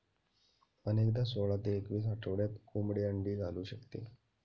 अनेकदा सोळा ते एकवीस आठवड्यात कोंबडी अंडी घालू शकते